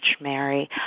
Mary